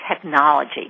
technology